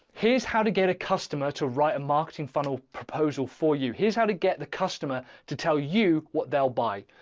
here's how to get a customer to write a marketing funnel proposal for you, here's how to get the customer to tell you what they'll buy.